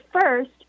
first